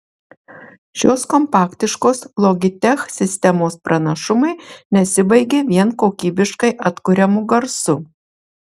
šios kompaktiškos logitech sistemos pranašumai nesibaigia vien kokybiškai atkuriamu garsu